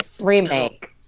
Remake